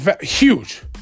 huge